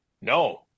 No